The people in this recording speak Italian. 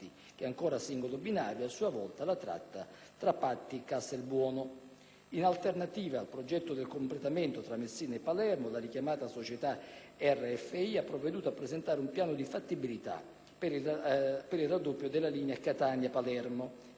è ancora a singolo binario, a sua volta, la tratta tra Patti e Castelbuono. In alternativa al progetto del completamento tra Messina e Palermo, la richiamata società RFI ha provveduto a presentare un piano di fattibilità del raddoppio della linea Catania-Palermo;